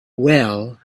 well